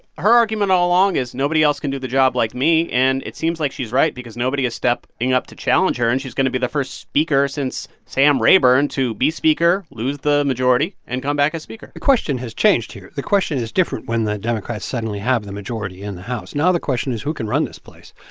her argument all along is, nobody else can do the job like me, and it seems like she's right because nobody is stepping up to challenge her. and she's going to be the first speaker since sam rayburn to be speaker lose the majority and come back as speaker the question has changed here. the question is different when the democrats suddenly have the majority in the house. now the question is, who can run this place?